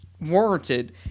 warranted